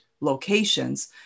locations